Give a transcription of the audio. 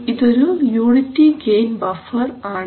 ഇതൊരു unity gain buffer ആണ്